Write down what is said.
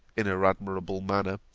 in her admirable manner,